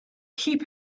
keep